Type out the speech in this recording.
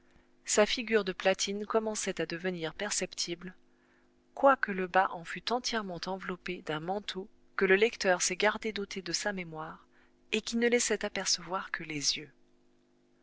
sa figure de platine commençait à devenir perceptible quoique le bas en fût entièrement enveloppé d'un manteau que le lecteur s'est gardé d'ôter de sa mémoire et qui ne laissait apercevoir que les yeux